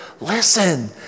listen